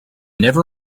never